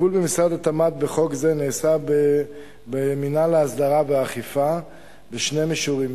הטיפול במשרד התמ"ת בחוק זה נעשה במינהל ההסדרה והאכיפה בשני מישורים,